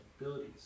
abilities